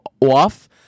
off